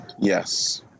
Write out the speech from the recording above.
Yes